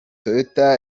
toyota